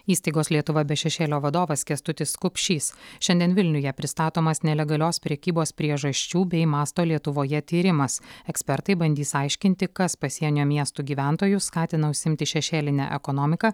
įstaigos lietuva be šešėlio vadovas kęstutis kupšys šiandien vilniuje pristatomas nelegalios prekybos priežasčių bei masto lietuvoje tyrimas ekspertai bandys aiškinti kas pasienio miestų gyventojus skatina užsiimti šešėline ekonomika